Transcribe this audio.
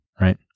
right